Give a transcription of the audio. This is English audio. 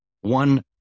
one